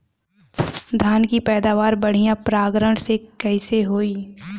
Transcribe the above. धान की पैदावार बढ़िया परागण से कईसे होई?